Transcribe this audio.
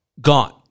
Gone